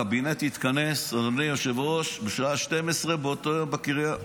הקבינט התכנס בשעה 12:00 באותו היום בקריה.